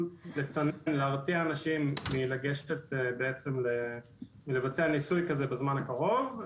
לצערנו להרתיע אנשים מלבצע ניסוי כזה בזמן הקרוב,